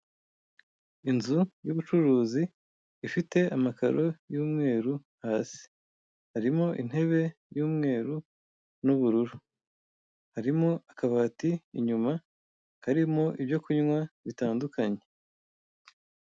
Inzu y'ubucuruzi ifite amakaro y'umweru hasi, harimo intebe y'umweru n'ubururu, harimo akabati inyuma karimo ibyo kunywa bitandukanye.